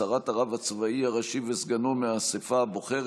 הסרת הרב הצבאי הראשי וסגנו מהאספה הבוחרת),